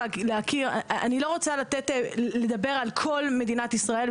אני לא רוצה לדבר על כל מדינת ישראל,